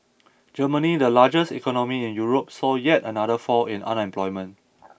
Germany the largest economy in Europe saw yet another fall in unemployment